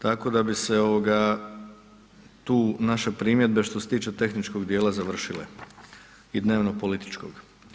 Tako da bi se ovoga tu naše primjedbe što se tiče tehničkog dijela završile i dnevnopolitičkog.